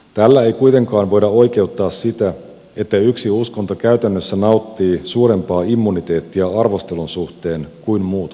tällä ei kuitenkaan voida oikeuttaa sitä että yksi uskonto käytännössä nauttii suurempaa immuniteettiä arvostelun suhteen kuin muut uskonnot